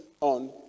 on